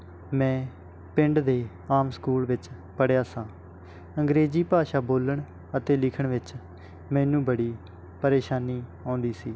ਮੈਂ ਪਿੰਡ ਦੇ ਆਮ ਸਕੂਲ ਵਿੱਚ ਪੜ੍ਹਿਆ ਸਾਂ ਅੰਗਰੇਜ਼ੀ ਭਾਸ਼ਾ ਬੋਲਣ ਅਤੇ ਲਿਖਣ ਵਿੱਚ ਮੈਨੂੰ ਬੜੀ ਪਰੇਸ਼ਾਨੀ ਆਉਂਦੀ ਸੀ